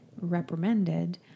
reprimanded